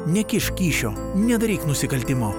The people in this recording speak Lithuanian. nekišk kyšio nedaryk nusikaltimo